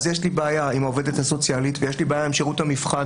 יש לי בעיה עם העובדת הסוציאלית ויש לי בעיה עם שירות המבחן,